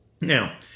Now